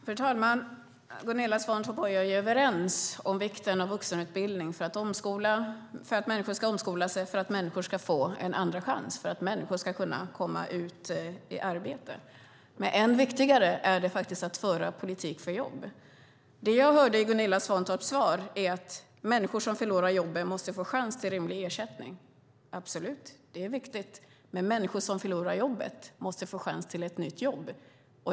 Fru talman! Gunilla Svantorp och jag är överens om vikten av vuxenutbildning för att människor ska omskola sig, för att människor ska få en andra chans, för att människor ska kunna komma ut i arbete. Men än viktigare är det att föra en politik för jobb. Jag hörde Gunilla Svantorp säga i sitt inlägg att människor som förlorar jobbet måste få chans till rimlig ersättning. Absolut, det är viktigt, men människor som förlorar jobbet måste också få chans till ett nytt jobb.